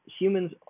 humans